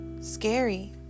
scary